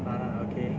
uh okay